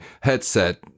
headset